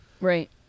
right